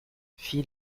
fit